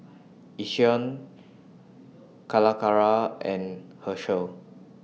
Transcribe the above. Yishion Calacara and Herschel